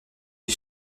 des